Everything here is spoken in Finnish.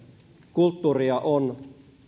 kulttuuria on